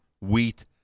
wheat